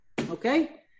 Okay